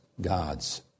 God's